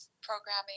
programming